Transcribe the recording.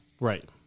Right